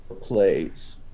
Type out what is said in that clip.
plays